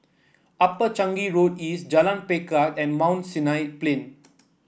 Upper Changi Road East Jalan Pelikat and Mount Sinai Plain